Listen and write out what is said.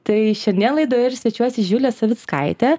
tai šiandien laidoje ir svečiuojasi živilė savickaitė